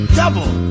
double